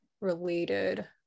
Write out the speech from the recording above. related